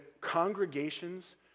congregations